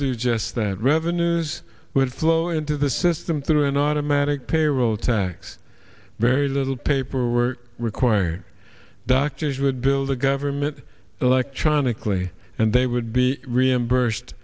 do just that revenues would flow into the system through an automatic payroll tax very little paper were required doctors would build the government electronically and they would be reimbursed